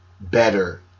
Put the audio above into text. better